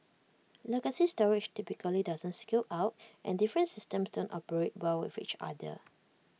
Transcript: legacy storage typically doesn't scale out and different systems don't operate well with each other